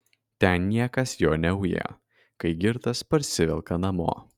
ten niekas jo neuja kai girtas parsivelka namo